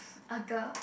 a girl